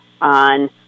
on